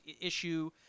issue